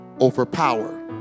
overpower